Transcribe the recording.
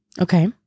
Okay